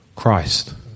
christ